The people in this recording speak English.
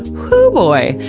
hoo boy!